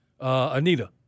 Anita